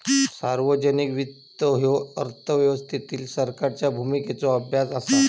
सार्वजनिक वित्त ह्यो अर्थव्यवस्थेतील सरकारच्या भूमिकेचो अभ्यास असा